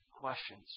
questions